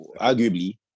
Arguably